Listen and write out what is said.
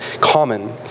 common